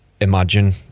imagine